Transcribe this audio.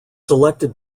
selected